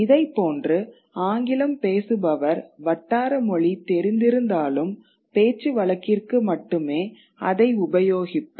இதை போன்று ஆங்கிலம் பேசுபவர் வட்டார மொழி தெரிந்திருந்தாலும் பேச்சு வழக்கிற்கு மட்டுமே அதை உபயோகிப்பர்